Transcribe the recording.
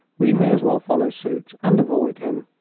we may as well follow suit, and avoid him.